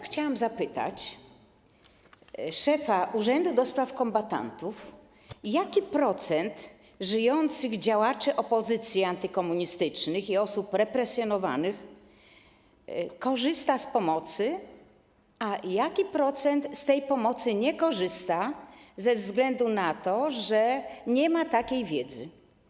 Chciałam zapytać szefa urzędu do spraw kombatantów, jaki procent żyjących działaczy opozycji antykomunistycznej i osób represjonowanych korzysta z pomocy, a jaki procent z tej pomocy nie korzysta ze względu na to, że nie ma takiej wiedzy.